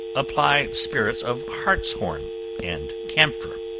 apply spirits of hartshorn and camphor.